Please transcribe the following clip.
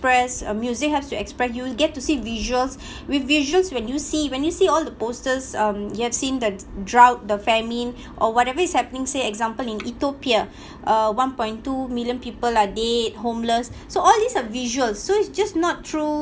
express music helps to express you'll get to see visuals with visuals when you see when you see all the posters um you've seen the drought the famine or whatever is happening say example in ethiopia uh one point two million people are dead homeless so all these are visuals so it's just not through